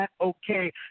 okay